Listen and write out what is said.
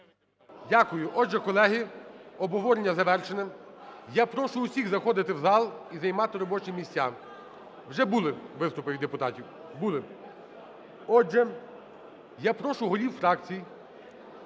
Дякую. Отже, колеги, обговорення завершене. Я прошу всіх заходити в зал і займати робочі місця. Вже були виступи від депутатів, були. Отже, я прошу голів фракцій